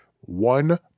one